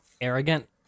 arrogant